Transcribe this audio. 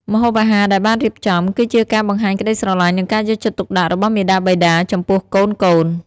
ម្ហូបអាហារដែលបានរៀបចំ គឺជាការបង្ហាញក្តីស្រឡាញ់ និងការយកចិត្តទុកដាក់របស់មាតាបិតាចំពោះកូនៗ។